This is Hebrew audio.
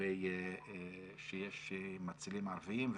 ושיש מצילים ערבים.